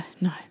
no